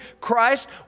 Christ